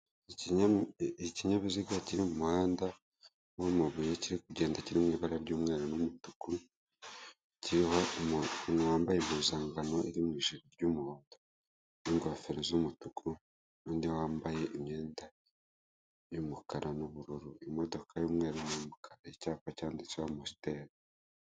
Ikinyabiziga kiri mu muhanda w'amabuye kiri kugenda kiri mu ibara ry'umweru n'umutuku kiriho umuntu wambaye impuzankano iri mi ishusho ry'umuhondo n'ingofero z'umutuku n'undi wambaye imyenda y'umukara n'ubururu, imodoka y'umweru n'umukara, icyapa cyanditseho amusiteri.